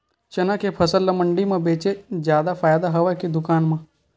चना के फसल ल मंडी म बेचे म जादा फ़ायदा हवय के दुकान म?